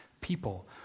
people